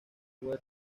web